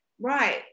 Right